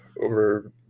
over